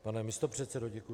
Pane místopředsedo, děkuji.